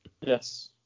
Yes